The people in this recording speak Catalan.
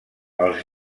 els